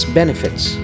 benefits